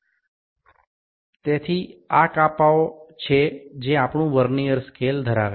সুতরাং এই বিভাগগুলি আমাদের ভার্নিয়ার স্কেলগুলিতে রয়েছে